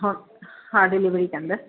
उहो हा डिलेविरी कंदसि